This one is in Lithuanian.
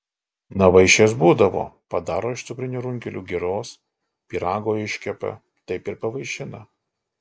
na vaišės būdavo padaro iš cukrinių runkelių giros pyrago iškepa taip ir pavaišina